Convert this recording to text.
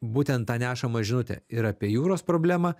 būtent tą nešamą žinutę ir apie jūros problemą